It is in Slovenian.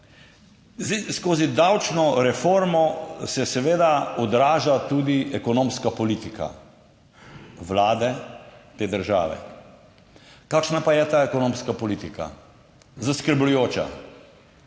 Zdaj, skozi davčno reformo se seveda odraža tudi ekonomska politika vlade, te države. Kakšna pa je ta ekonomska politika? Zaskrbljujoča.